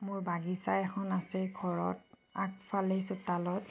মোৰ বাগিচা এখন আছে ঘৰত আগফালে চোতালত